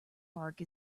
bark